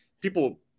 people